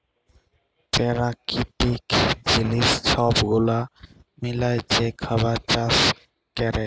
পেরাকিতিক জিলিস ছব গুলা মিলায় যে খাবার চাষ ক্যরে